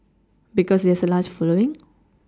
because it's a large following